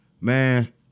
man